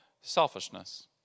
Selfishness